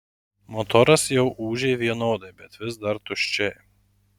motoras jau ūžė vienodai bet vis dar tuščiai